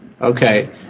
Okay